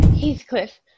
Heathcliff